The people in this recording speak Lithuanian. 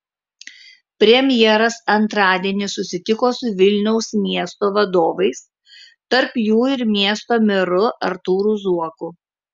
premjeras antradienį susitiko su vilniaus miesto vadovais tarp jų ir miesto meru artūru zuoku